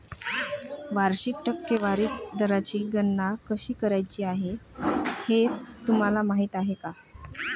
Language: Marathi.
वार्षिक टक्केवारी दराची गणना कशी करायची हे तुम्हाला माहिती आहे का?